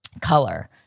color